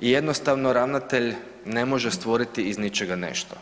i jednostavno ravnatelj ne može stvoriti iz ničega nešto.